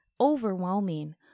overwhelming